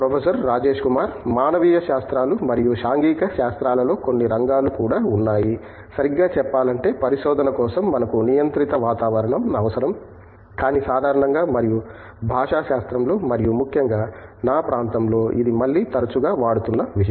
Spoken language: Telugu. ప్రొఫెసర్ రాజేష్ కుమార్ మానవీయ శాస్త్రాలు మరియు సాంఘిక శాస్త్రాలలో కొన్ని రంగాలు కూడా ఉన్నాయి సరిగ్గా చెప్పాలంటే పరిశోధన కోసం మనకు నియంత్రిత వాతావరణం అవసరం కానీ సాధారణంగా మరియు భాషాశాస్త్రంలో మరియు ముఖ్యంగా నా ప్రాంతంలో ఇది మళ్ళీ తరచుగా వాడుతున్న విషయం